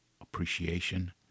appreciation